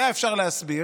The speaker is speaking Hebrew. היה אפשר להסביר.